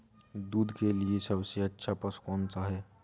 दूध के लिए सबसे अच्छा पशु कौनसा है?